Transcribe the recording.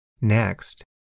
next